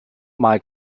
mal